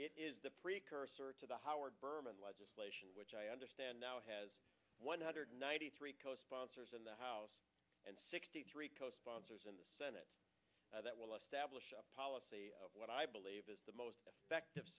it is the precursor to the howard berman legislation which i understand now has one hundred ninety three co sponsors in the house and sixty three co sponsors in the senate that will establish a policy of what i believe is the most effective